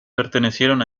pertenecieron